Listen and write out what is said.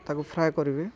ତାକୁ ଫ୍ରାଏ କରିବେ